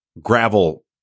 gravel